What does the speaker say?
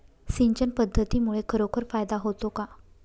सिंचन पद्धतीमुळे खरोखर फायदा होतो का?